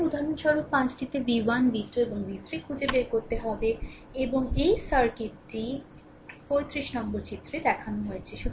সুতরাং উদাহরণস্বরূপ 5 টিতে v1 v2 এবং v3 খুঁজে বের করতে হবে এবং এই সার্কিটটি 35 নম্বরে চিত্রে দেখানো হয়েছে